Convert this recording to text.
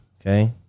okay